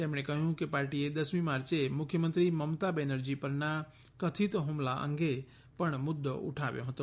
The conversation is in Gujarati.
તેમણે કહ્યું કે પાર્ટીએ દસમી માર્ચે મુખ્યમંત્રી મમતા બેનર્જી પરના કથિત હુમલા અંગે પણ મુદ્દો ઉઠાવ્યો હતો